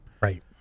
Right